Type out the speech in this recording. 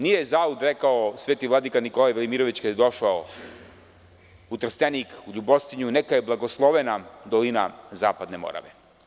Nije zalud rekao Sveti vladika Nikolaj Velimirović kada je došao u Trstenik u Ljubostinju - neka je blagoslovena dolina zapadne Morave.